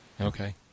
Okay